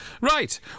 Right